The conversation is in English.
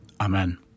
Amen